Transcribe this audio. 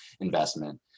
investment